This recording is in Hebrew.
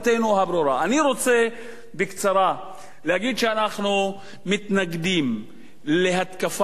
אני רוצה להגיד בקצרה שאנחנו מתנגדים להתקפה על אירן,